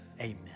Amen